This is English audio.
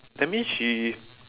that means she